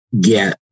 get